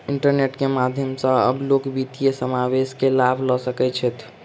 internet के माध्यम सॅ आब लोक वित्तीय समावेश के लाभ लअ सकै छैथ